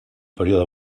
període